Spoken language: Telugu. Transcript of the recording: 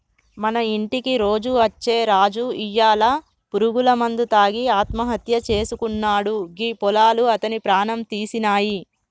మన ఇంటికి రోజు అచ్చే రాజు ఇయ్యాల పురుగుల మందు తాగి ఆత్మహత్య సేసుకున్నాడు గీ పొలాలు అతని ప్రాణం తీసినాయి